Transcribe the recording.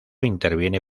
interviene